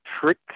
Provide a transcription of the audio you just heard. trick